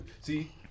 see